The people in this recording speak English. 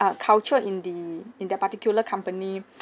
uh culture in the in that particular company